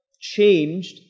changed